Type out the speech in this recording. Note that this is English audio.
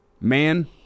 man